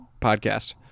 podcast